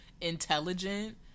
intelligent